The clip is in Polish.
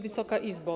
Wysoka Izbo!